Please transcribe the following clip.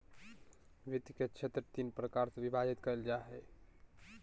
वित्त के क्षेत्र तीन प्रकार से विभाजित कइल जा हइ